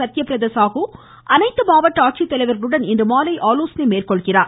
சத்தியபிரதா சாகு அனைத்து மாவட்ட ஆட்சித்தலைவர்களுடன் இன்று மாலை ஆலோசனை மேற்கொள்கிறார்